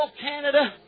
Canada